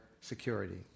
security